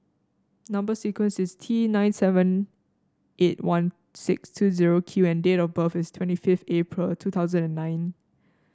number sequence is T nine seven eight one six two zero Q and date of birth is twenty fifth April two thousand and nine